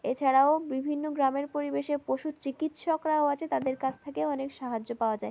এছাড়াও বিভিন্ন গ্রামের পরিবেশে পশু চিকিৎসকরাও আছে তাদের কাছ থেকেও অনেক সাহায্য পাওয়া যায়